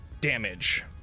damage